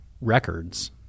records